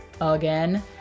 again